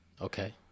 okay